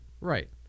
Right